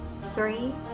three